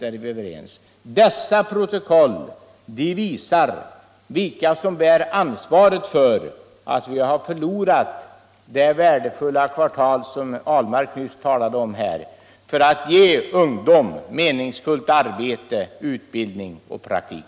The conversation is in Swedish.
Men riksdagens protokoll visar vilka som bär ansvaret för att vi har förlorat ett värdefullt kvartal, som herr Ahlmark nyss talade om, när det gällt att ge ungdomar meningsfullt arbete och meningsfull utbildning och praktik.